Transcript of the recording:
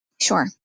Sure